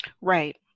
Right